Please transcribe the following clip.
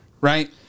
right